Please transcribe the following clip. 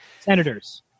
senators